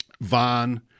Vaughn